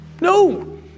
No